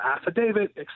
affidavit